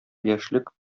яшьлек